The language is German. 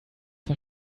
war